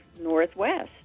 Northwest